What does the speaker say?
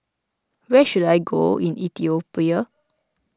where should I go in Ethiopia